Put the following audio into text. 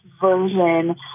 version